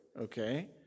okay